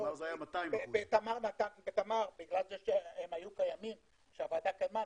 בתמר היה 200%. בגלל שתמר היתה קיימת,